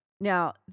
Now